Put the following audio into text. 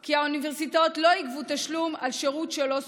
כי האוניברסיטאות לא יגבו תשלום על שירות שלא סופק.